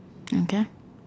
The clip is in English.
okay